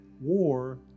war